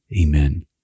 Amen